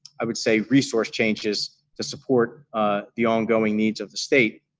i would say, resource changes to support the ongoing needs of the state.